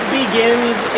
begins